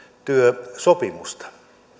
työsopimusta